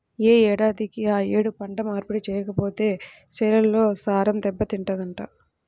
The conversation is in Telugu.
యే ఏడాదికి ఆ యేడు పంట మార్పిడి చెయ్యకపోతే చేలల్లో సారం దెబ్బతింటదంట